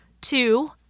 Two